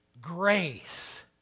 Grace